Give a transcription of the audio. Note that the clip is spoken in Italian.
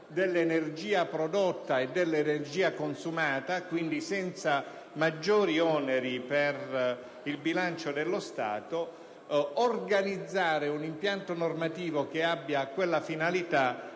dell'energia prodotta e dell'energia consumata, quindi senza maggiori oneri per il bilancio dello Stato. Organizzare un impianto normativo che abbia quella finalità